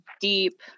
deep